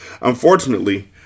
Unfortunately